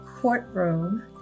courtroom